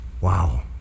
Wow